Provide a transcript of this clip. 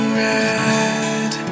red